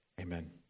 Amen